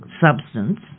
substance